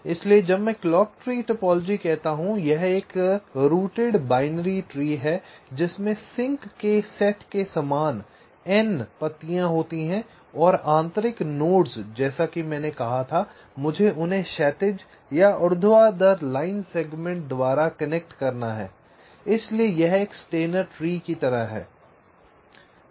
इसलिए जब मैं क्लॉक ट्री टोपोलॉजी कहता हूं तो यह एक रूटेड बाइनरी ट्री है जिसमें सिंक के सेट के समान n पत्तियां होती हैं और आंतरिक नोड्स जैसा कि मैंने कहा था कि मुझे उन्हें क्षैतिज और ऊर्ध्वाधर लाइन सेगमेंट द्वारा कनेक्ट करना है इसलिए यह एक स्टेनर ट्री की तरह होगा